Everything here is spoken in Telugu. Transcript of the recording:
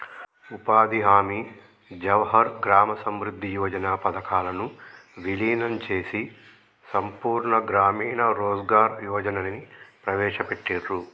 ఉపాధి హామీ, జవహర్ గ్రామ సమృద్ధి యోజన పథకాలను వీలీనం చేసి సంపూర్ణ గ్రామీణ రోజ్గార్ యోజనని ప్రవేశపెట్టిర్రు